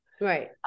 Right